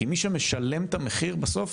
כי מי שמשלם את המחיר בסוף,